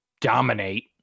dominate